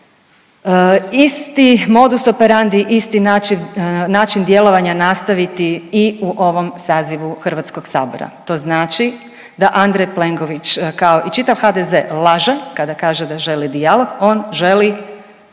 isti modus operandi isti način djelovanja nastaviti i u ovom sazivu Hrvatskog saziva. To znači da Andrej Plenković kao i čitav HDZ laže kada kaže da želi dijalog. On želi